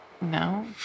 No